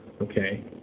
okay